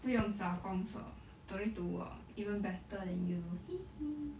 不用找工作 don't need to work even better than you hehe